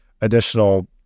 Additional